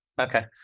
Okay